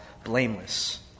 Blameless